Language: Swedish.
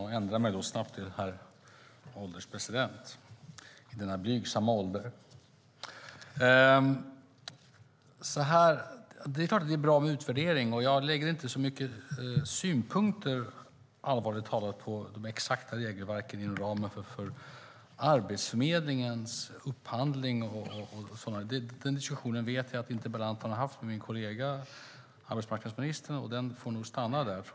Herr ålderspresident! Det är klart att det är bra med utvärdering. Jag lägger inte så mycket synpunkter, allvarligt talat, på de exakta regelverken inom ramen för Arbetsförmedlingens upphandling. Den diskussionen vet jag att interpellanten har haft med min kollega arbetsmarknadsministern, och den får nog stanna där.